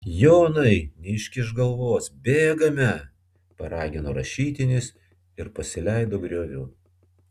jonai neiškišk galvos bėgame paragino rašytinis ir pasileido grioviu